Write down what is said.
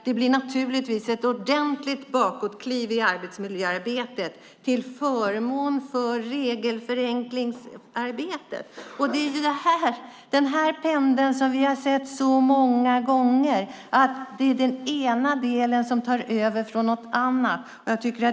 Det blir ett ordentligt bakåtkliv i arbetsmiljöarbetet till förmån för regelförenklingsarbetet. Det är en pendel har vi sett så många gånger. Den ena delen tar över på bekostnad av den andra.